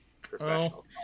Professional